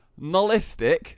Nolistic